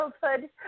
childhood